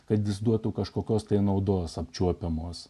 kad jis duotų kažkokios tai naudos apčiuopiamos